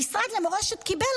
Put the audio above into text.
המשרד למורשת קיבל,